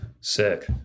Sick